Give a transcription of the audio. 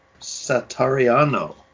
Satariano